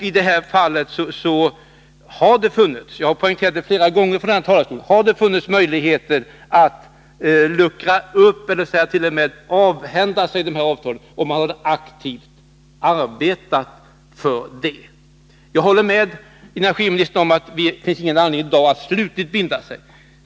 I det här fallet har det funnits — det har jag poängterat flera gånger från kammarens talarstol — möjligheter att luckra upp eller t.o.m. avhända sig avtalet, om man aktivt hade arbetat för det. Jag håller med energiministern om att det inte finns någon anledning att i dag slutgiltigt binda sig.